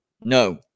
No